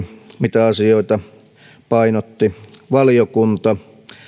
mitä asioita valiokunta painotti